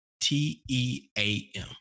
T-E-A-M